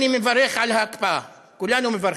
אני מברך על ההקפאה, כולנו מברכים,